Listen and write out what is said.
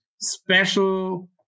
special